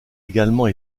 également